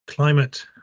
climate